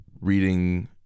reading